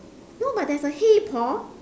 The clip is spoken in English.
no but there's a hey Paul